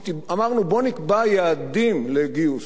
אמרנו: בואו נקבע יעדים לגיוס.